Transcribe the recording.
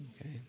Okay